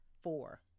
four